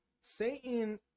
Satan